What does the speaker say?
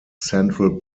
central